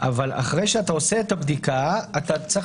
אבל אחרי שאתה עושה את הבדיקה אתה צריך